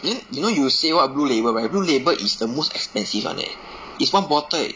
then you know you say what blue label but blue label is the most expensive [one] eh is one bottle is